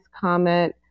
comment